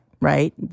right